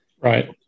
Right